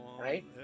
right